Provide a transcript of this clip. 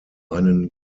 einen